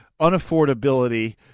unaffordability